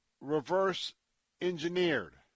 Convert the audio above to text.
reverse-engineered